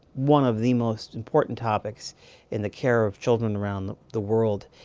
one of the most important topics in the care of children around the the world.